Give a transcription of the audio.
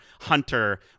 Hunter